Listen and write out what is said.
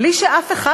בלי שאף אחד,